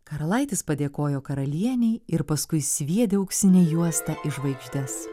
karalaitis padėkojo karalienei ir paskui sviedė auksinę juostą į žvaigždes